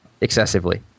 excessively